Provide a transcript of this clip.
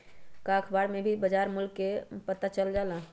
का अखबार से भी बजार मूल्य के पता चल जाला?